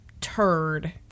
turd